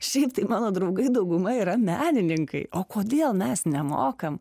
šiaip tai mano draugai dauguma yra menininkai o kodėl mes nemokam